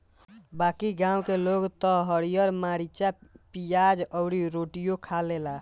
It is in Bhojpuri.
बाकी गांव के लोग त हरिहर मारीचा, पियाज अउरी रोटियो खा लेला